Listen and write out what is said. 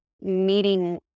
meeting